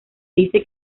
dice